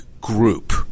group